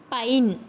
pine